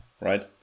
right